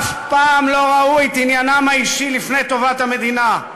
אף פעם לא ראו את עניינם האישי לפני טובת המדינה,